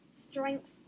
strength